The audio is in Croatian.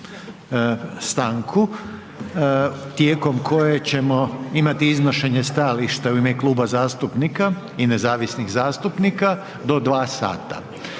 stanku tijekom koje ćemo imati iznošenje stajališta u ime kluba zastupnika i nezavisnih zastupnika do 2 sata.